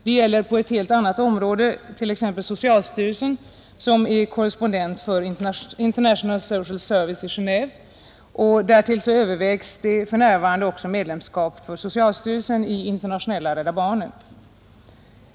Det gäller på ett helt annat område t.ex. socialstyrelsen, som är korrespondent för International Social Service i Genéve. Därtill övervägs för närvarande medlemskap för socialstyrelsen i Internationella Rädda barnen.